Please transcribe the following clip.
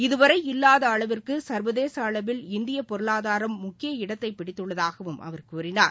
இதுவரை இல்லாத அளவிற்கு சர்வதேச அளவில் இந்தியப் பொருளாதாரம் முக்கிய இடத்தைப் பிடித்துள்ளதாகவும் அவர் கூறினார்